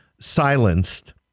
silenced